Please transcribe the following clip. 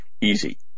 easy